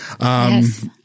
Yes